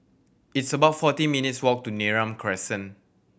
it's about forty minutes' walk to Neram Crescent